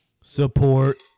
support